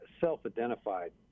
self-identified